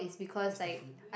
is the food